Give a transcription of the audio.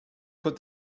put